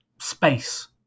space